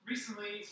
Recently